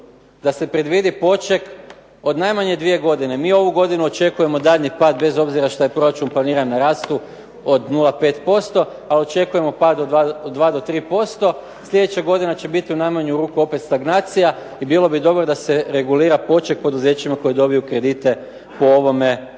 članku predvidi poček najmanje od dvije godine, mi ovu godinu očekujemo daljnji pad bez obzira što je proračun planira … od 0,5% a očekujemo pad od 2 do 3%, sljedeća godina će biti u najmanju ruku opet stagnacija i bilo bi dobro da se regulira poček poduzećima koji dobiju kredite po ovome Zakonu.